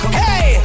hey